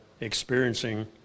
experiencing